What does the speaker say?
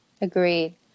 agreed